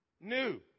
new